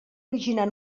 originar